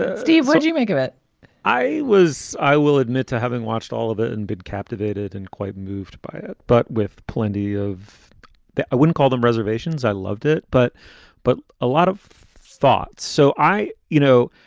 ah steve, what do you make of it i was i will admit to having watched all of it and bid captivated and quite moved by it, but with plenty of that i wouldn't call them reservations. i loved it. but but a lot of thought. so i, you know,